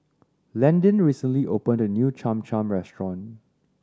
Landin recently opened a new Cham Cham restaurant